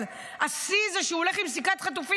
שהיא כבר בת חמש,